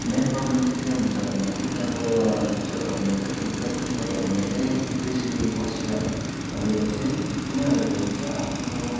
main problem चाहिँ के हुन्छ भने त भने त्यहाँको कृषकहरूले ठुल्ठुला कृषकहरूले चाहिँ कृषि व्यवसायीहरूले चाहिँ उनीहरूले चाहिँ आफ्नो